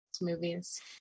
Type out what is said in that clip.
Movies